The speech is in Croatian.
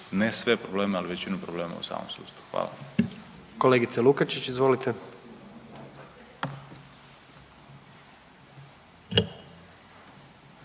ne sve probleme, ali većinu problema u samom sustavu. Hvala. **Jandroković, Gordan